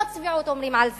לא צביעות אומרים על זה.